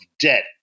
debt